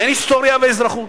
אין היסטוריה ואזרחות,